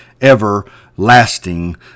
everlasting